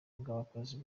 bw’abakozi